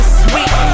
sweet